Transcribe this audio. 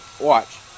watch